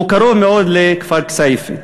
הוא קרוב מאוד לכפר כסייפה.